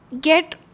get